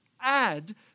add